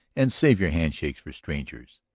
and save your hand-shakes for strangers.